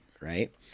right